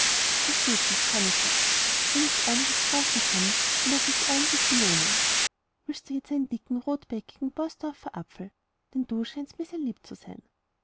versteht sich kann ich das wer nicht ordentlich strafen kann kann auch nicht ordentlich belohnen willst du jetzt einen dicken rotbäckigen borsdorfer apfel denn du scheinst mir sehr lieb zu sein